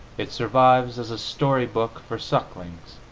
it survives as a story-book for sucklings.